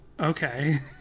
okay